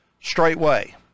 straightway